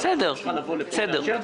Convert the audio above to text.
כשהרשות צריכה לבוא לפה נשמע את